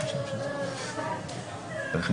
הליכים